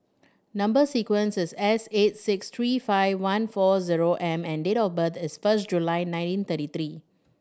number sequence is S eight six three five one four zero M and date of birth is first July nineteen thirty three